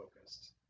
focused